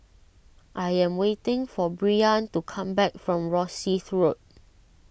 I am waiting for Breann to come back from Rosyth Road